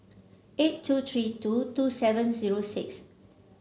eight two three two two seven zero six